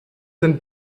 sind